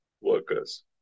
workers